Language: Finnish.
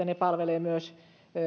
ne palvelemaan myös